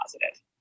positive